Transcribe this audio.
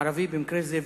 ערבי במקרה זה,